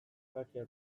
hacker